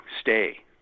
stay